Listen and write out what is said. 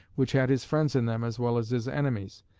which had his friends in them as well as his enemies,